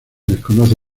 desconoce